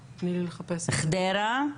וחדרה.